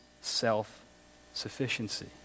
self-sufficiency